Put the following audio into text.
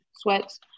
sweats